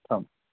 سلام